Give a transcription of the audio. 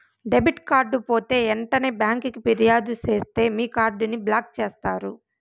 debit card పోతే ఎంటనే బ్యాంకికి ఫిర్యాదు సేస్తే మీ కార్డుని బ్లాక్ చేస్తారు